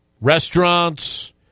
restaurants